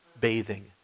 bathing